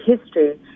history